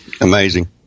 Amazing